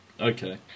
okay